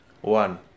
One